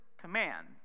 command